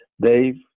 Dave